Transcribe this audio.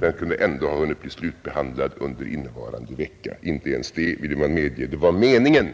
Den kunde ändå ha hunnit bli slutbehandlad under innevarande vecka, men inte ens det ville man medge. Det var meningen